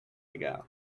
ago